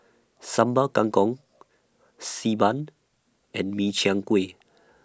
Sambal Kangkong Xi Ban and Min Chiang Kueh